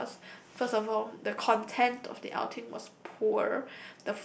because first of all the content of the outing was poor